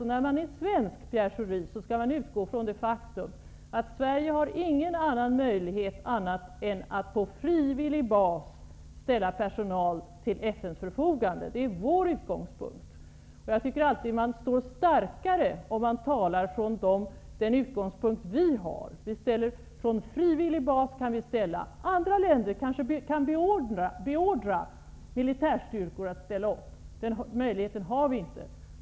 Och när man är svensk, Pierre Schori, skall man utgå från det faktum att Sverige inte har möjligt att annat än på frivillig bas ställa personal till FN:s förfogande. Det är vår utgångspunkt. Jag tycker alltid att man står starkare om man talar från den utgångspunkt man själv har. På frivillig bas kan vi ställa personal till FN:s förfogande. Andra länder kanske kan beordra militärstyrkor att ställa upp. Den möjligheten har inte vi.